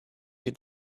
you